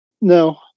no